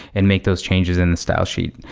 and make those changes in the style sheet.